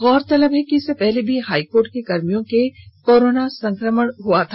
गौरतलब है कि इससे पहले भी हाई कोर्ट के कर्मियों में कोरोना संक्रमण हुआ था